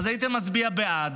הייתם מצביעים בעד,